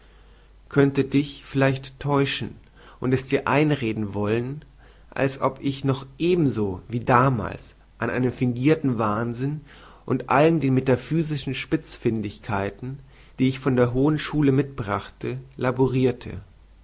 könnte dich vielleicht täuschen und es dir einreden wollen als ob ich noch eben so wie damals an einem fingirten wahnsinn und allen den metaphysischen spitzfündigkeiten die ich von der hohen schule mitbrachte laborirte